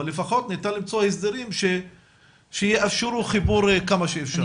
אבל לפחות ניתן למצוא הסדרים שיאפשרו חיבור כמה שאפשר.